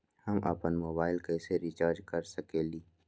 हम अपन मोबाइल कैसे रिचार्ज कर सकेली?